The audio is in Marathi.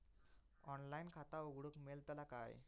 ऑनलाइन खाता उघडूक मेलतला काय?